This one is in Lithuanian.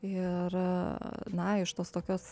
ir na iš tos tokios